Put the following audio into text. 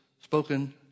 Spoken